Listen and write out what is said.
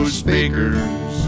speakers